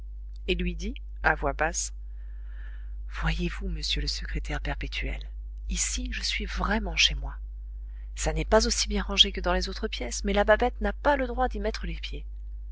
et lui dit à voix basse voyez-vous monsieur le secrétaire perpétuel ici je suis vraiment chez moi ça n'est pas aussi bien rangé que dans les autres pièces mais la babette n'a pas le droit d'y mettre les pieds